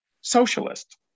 socialist